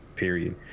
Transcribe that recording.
Period